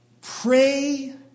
Pray